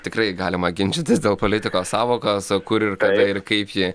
tikrai galima ginčytis dėl politikos sąvokos kur ir kada ir kaip ji